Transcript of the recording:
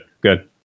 good